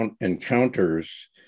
encounters